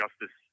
justice